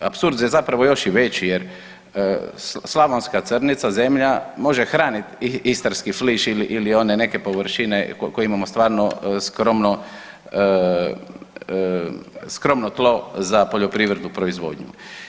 Apsurd je zapravo još i veći jer slavonska crnica zemlja može hranit istarski fliš ili, ili one neke površine koje imamo stvarno skromno, skromno tlo za poljoprivrednu proizvodnju.